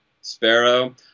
Sparrow